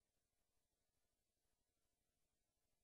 החינוך, יש